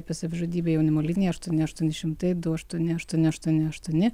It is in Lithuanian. apie savižudybę jaunimo linija aštuoni aštuoni šimtai du aštuoni aštuoni aštuoni aštuoni